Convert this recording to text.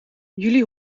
jullie